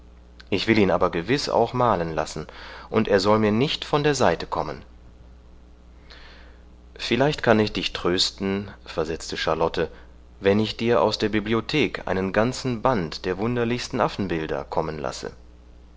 ich will ihn aber gewiß auch malen lassen und er soll mir nicht von der seite kommen vielleicht kann ich dich trösten versetzte charlotte wenn ich dir aus der bibliothek einen ganzen band der wunderlichsten affenbilder kommen lasse